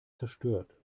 zerstört